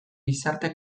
gizarte